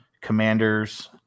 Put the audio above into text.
Commanders